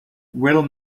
will